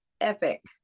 epic